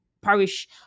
parish